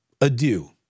Adieu